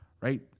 right